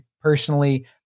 personally